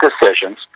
decisions